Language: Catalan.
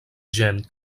gent